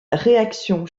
réactions